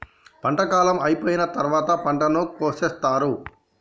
పంట కాలం అయిపోయిన తరువాత పంటను కోసేత్తారు